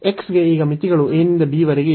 x ಗೆ ಈಗ ಮಿತಿಗಳು a ನಿಂದ b ವರೆಗೆ ಇವೆ